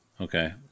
Okay